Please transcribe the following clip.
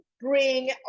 bring